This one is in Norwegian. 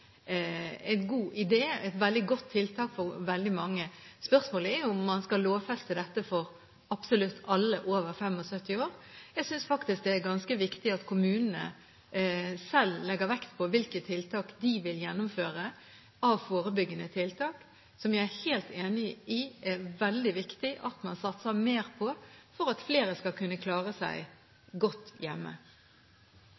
veldig god idé og et veldig godt tiltak for veldig mange. Spørsmålet er om man skal lovfeste dette for absolutt alle over 75 år. Jeg synes faktisk det er ganske viktig at kommunene selv legger vekt på hvilke forebyggende tiltak de vil gjennomføre, som jeg er helt enig i er veldig viktig at man satser mer på for at flere skal kunne klare seg